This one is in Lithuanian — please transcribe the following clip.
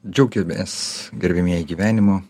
džiaukimės gerbiamieji gyvenimu